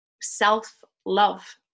self-love